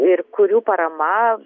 ir kurių parama